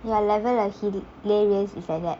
you level of hilarious is like that